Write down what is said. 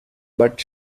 but